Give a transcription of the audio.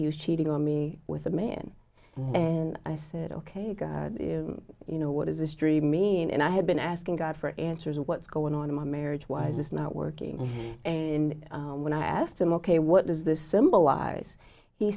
he was cheating on me with a man and i said ok you know what is this dream mean and i had been asking god for answers what's going on in my marriage wise it's not working and when i asked him ok what does this symbolize he